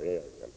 miljö: